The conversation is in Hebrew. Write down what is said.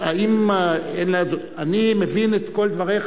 אני מבין את כל דבריך.